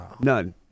None